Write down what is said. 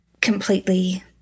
completely